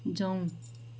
जौँ